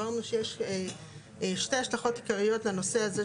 אמרנו שיש שתי השלכות עיקריות לנושא הזה